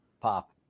Pop